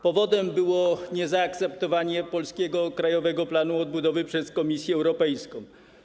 Powodem było niezaakceptowanie polskiego Krajowego Planu Odbudowy przez Komisję Europejską.